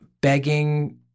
begging